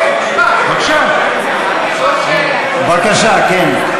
בבקשה, כן.